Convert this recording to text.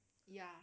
ya